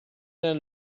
nel